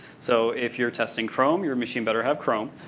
so if you're testing chrome, your machine better have chrome.